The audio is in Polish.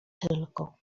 tylko